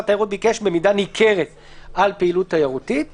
התיירות ביקש "במידה ניכרת" "על פעילות תיירותית";